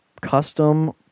custom